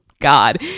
God